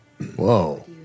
Whoa